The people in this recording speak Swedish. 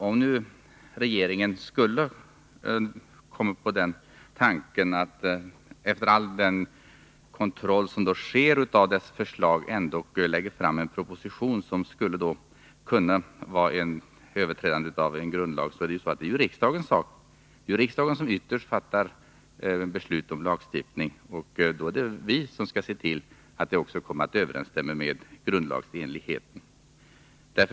Om nu regeringen — trots all den kontroll som sker av dess förslag — skulle komma på den tanken att lägga fram en proposition som kunde innebära överträdande av en grundlag, är det en fråga för riksdagen, som ytterst fattar beslut om lagstiftning, att se till att besluten är grundlagsenliga.